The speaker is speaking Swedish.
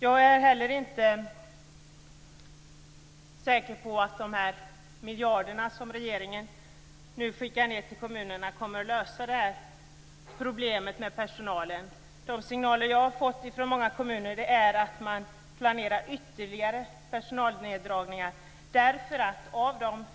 Jag är heller inte säker på att de miljarder som regeringen nu skickar till kommunerna löser problemet med personalen. De signaler som jag har fått från många kommuner är att ytterligare personalneddragningar planeras.